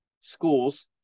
schools